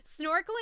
snorkeling